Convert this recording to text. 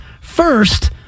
first